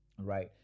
right